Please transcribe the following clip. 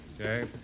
Okay